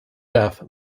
death